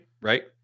right